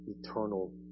eternal